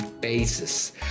basis